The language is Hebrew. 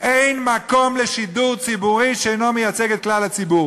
אתם אונסים אותנו ללכת על השינוי הזה,